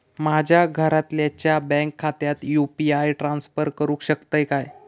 माझ्या घरातल्याच्या बँक खात्यात यू.पी.आय ट्रान्स्फर करुक शकतय काय?